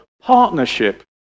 partnership